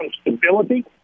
stability